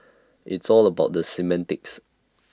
it's all about the semantics